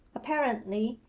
apparently,